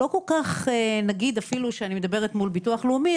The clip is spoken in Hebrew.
גם כשאני מדברת מול ביטוח לאומי,